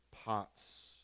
pots